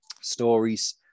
stories